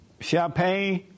champagne